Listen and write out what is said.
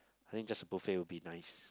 I think just buffet will be nice